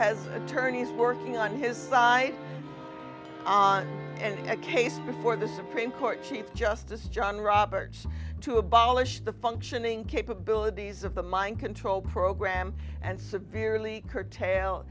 has attorneys working on his side on ending a case before the supreme court chief justice john roberts to abolish the functioning capabilities of the mind control program and severely curtail